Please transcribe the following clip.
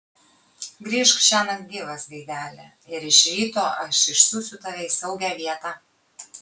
grįžk šiąnakt gyvas gaideli ir iš ryto aš išsiųsiu tave į saugią vietą